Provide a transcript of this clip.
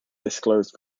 disclosed